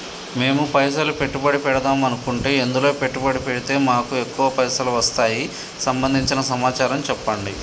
మేము పైసలు పెట్టుబడి పెడదాం అనుకుంటే ఎందులో పెట్టుబడి పెడితే మాకు ఎక్కువ పైసలు వస్తాయి సంబంధించిన సమాచారం చెప్పండి?